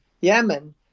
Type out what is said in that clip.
Yemen